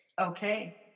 Okay